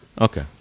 Okay